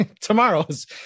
tomorrow's